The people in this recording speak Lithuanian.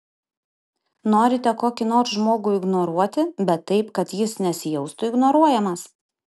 norite kokį nors žmogų ignoruoti bet taip kad jis nesijaustų ignoruojamas